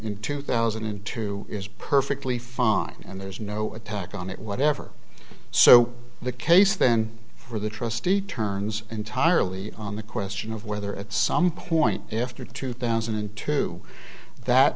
in two thousand and two is perfectly fine and there's no attack on it whatever so the case then for the trustee turns entirely on the question of whether at some point after two thousand and two that